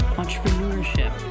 entrepreneurship